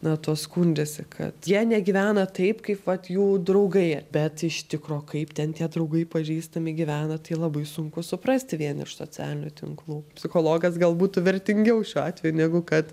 na tuo skundžiasi kad jie negyvena taip kaip vat jų draugai bet iš tikro kaip ten tie draugai pažįstami gyvena tai labai sunku suprasti vien iš socialinių tinklų psichologas gal būtų vertingiau šiuo atveju negu kad